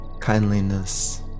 kindliness